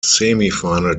semifinal